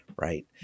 right